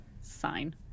sign